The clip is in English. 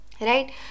right